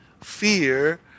Fear